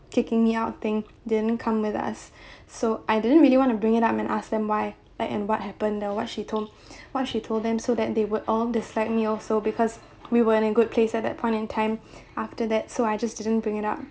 kicking me out thing didn't come with us so I didn't really want to bring it up and ask them why like and what happened like what she told when she told them so that they would all disliked me also because we weren't in good place at that point in time after that so I just didn't bring it up